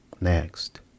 Next